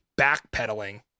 backpedaling